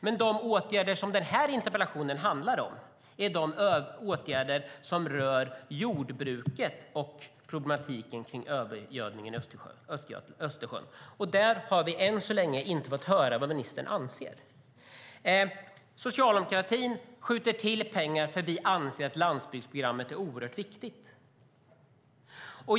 Men de åtgärder som interpellationen handlar om är åtgärder som rör jordbruket och problematiken kring övergödningen i Östersjön. Där har vi än så länge inte fått höra vad ministern anser. Socialdemokraterna skjuter till pengar för vi anser att landsbygdsprogrammet är oerhört viktigt.